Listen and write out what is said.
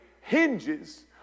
hinges